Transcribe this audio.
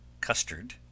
custard